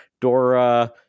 Dora